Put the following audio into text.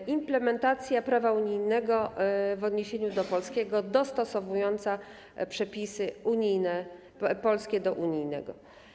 To implementacja prawa unijnego w odniesieniu do polskiego dostosowująca przepisy polskie do unijnych.